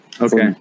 Okay